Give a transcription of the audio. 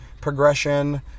progression